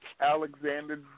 Alexander